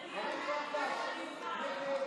הנושא לוועדה לא נתקבלה.